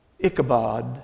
Ichabod